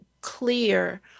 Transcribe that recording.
clear